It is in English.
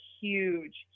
huge